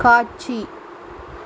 காட்சி